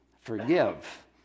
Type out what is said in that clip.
forgive